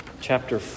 chapter